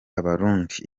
abarundi